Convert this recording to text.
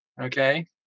okay